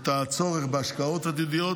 את הצורך בהשקעות העתידיות,